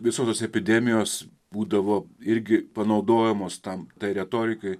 visos tos epidemijos būdavo irgi panaudojamos tam tai retorikai